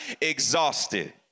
Exhausted